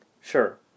Sure